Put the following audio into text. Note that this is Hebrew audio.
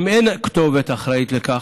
אם אין כתובת אחראית לכך,